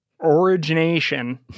origination